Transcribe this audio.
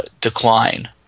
decline